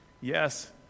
Yes